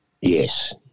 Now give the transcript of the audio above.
Yes